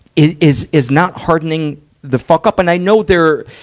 is, is, is not hardening the fuck up. and i know there,